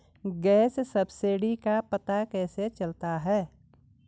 Gas subsidy का पता कैसे चलता है?